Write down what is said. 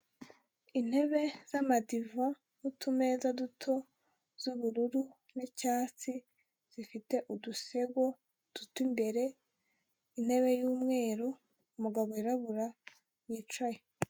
Intebe z'amadiva n'utumeza duto, z'ubururu n'icyatsi zifite udusego duto imbere intebe y'umweru umugabo wirabura yicaye.